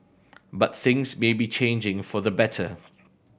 but things may be changing for the better